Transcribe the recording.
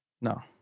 No